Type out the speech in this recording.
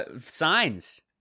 Signs